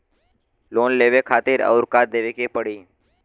Loan लेवे खातिर अउर का देवे के पड़ी?